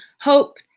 hope